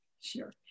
Sure